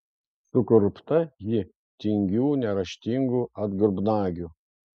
sukurpta ji tingių neraštingų atgrubnagių